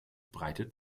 breite